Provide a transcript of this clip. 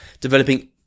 developing